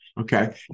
Okay